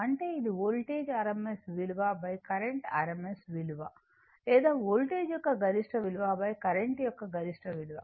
అంటే అది voltage rms విలువ కరెంట్ rms విలువ లేదా వోల్టేజ్ యొక్క గరిష్ట విలువ కరెంట్ యొక్క గరిష్ట విలువ